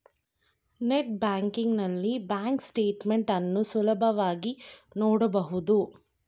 net banking ನಲ್ಲಿ bank statement ಅನ್ನು ಸುಲಭವಾಗಿ ನೋಡಬಹುದು